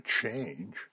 change